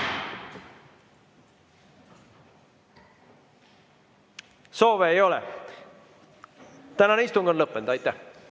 Soove ei ole. Tänane istung on lõppenud. Aitäh!